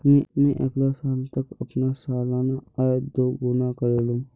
मी अगला साल तक अपना सालाना आय दो गुना करे लूम